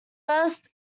first